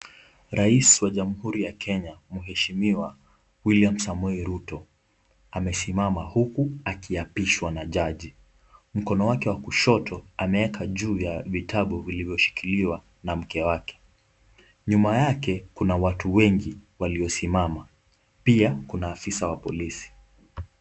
Rais wa jumuia ya Kenya mheshimiwa William Samoei Ruto amesimama huku akiapishwa na jaji. Mkono wake wa kushoto ameweka juu ya vitabu vilivyoshikiliwa na make wake. Nyuma yake kuna watu wengi waliosimama, pia kuna afisa wa polisi.